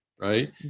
right